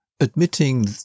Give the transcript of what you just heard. Admitting